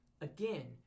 again